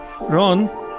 Ron